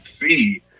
see